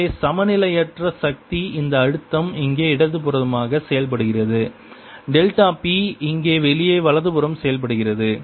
எனவே சமநிலையற்ற சக்தி இந்த அழுத்தம் இங்கே இடதுபுறமாக செயல்படுகிறது டெல்டா p இங்கே வெளியே வலதுபுறம் செயல்படுகிறது